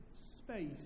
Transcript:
space